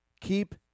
keep